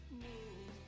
move